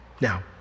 Now